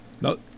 no